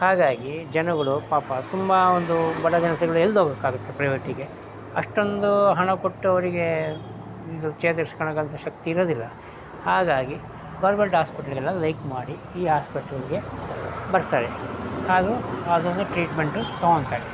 ಹಾಗಾಗಿ ಜನಗಳು ಪಾಪ ತುಂಬ ಒಂದು ಬಡ ಜನತೆಗಳು ಎಲ್ಲಿ ಹೋಗೋಕ್ಕಾಗುತ್ತೆ ಪ್ರೈವೇಟಿಗೆ ಅಷ್ಟೊಂದು ಹಣ ಕೊಟ್ಟು ಅವ್ರಿಗೆ ಒಂದು ಚೇತರಿಸ್ಕೊಳ್ಳೋಕಂತ ಶಕ್ತಿ ಇರೋದಿಲ್ಲ ಹಾಗಾಗಿ ಗೋರ್ಮೆಂಟ್ ಆಸ್ಪತ್ರೆಗೆಲ್ಲ ಲೈಕ್ ಮಾಡಿ ಈ ಆಸ್ಪೆಟ್ಲಿಗೆ ಬರ್ತಾರೆ ಹಾಗೂ ಅದರಲ್ಲೇ ಟ್ರೀಟ್ಮೆಂಟು ತಗೊಳ್ತಾರೆ